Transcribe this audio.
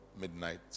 midnight